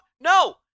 No